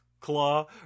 claw